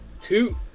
two